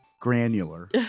granular